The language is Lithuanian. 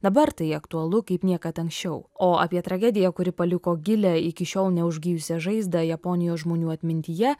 dabar tai aktualu kaip niekad anksčiau o apie tragediją kuri paliko gilią iki šiol neužgijusią žaizdą japonijos žmonių atmintyje